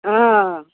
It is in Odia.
ହଁ